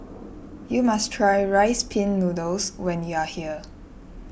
you must try Rice Pin Noodles when you are here